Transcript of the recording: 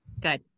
Good